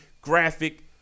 graphic